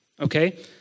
okay